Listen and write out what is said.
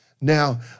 Now